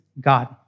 God